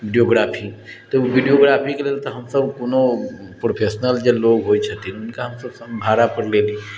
videography तऽ ओ विडियोग्राफीके लेल हमसब कोनो फ्रोफेशनल जे लोग होइ छथिन हुनका हमसब भाड़ापर लैली